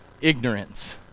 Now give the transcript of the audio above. ignorance